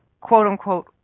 quote-unquote